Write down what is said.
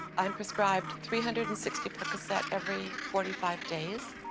i'm prescribed three hundred and sixty percocet every forty five days.